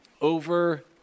over